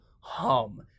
hum